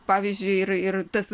pavyzdžiui ir ir tas